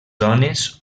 zones